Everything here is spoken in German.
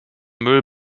müll